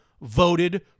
voted